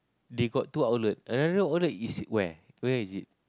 they got two outlet i don't know outlet is it where where is it